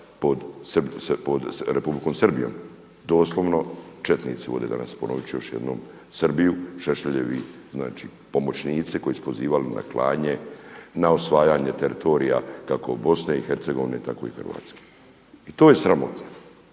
pod Republikom Srbijom, doslovno četnici vode danas, ponovit ću još jednom Srbiju, Šešeljevi znači pomoćnici koji su pozivali na klanje, na osvajanje teritorija kako Bosne i Hercegovine tako i Hrvatske i to je sramota.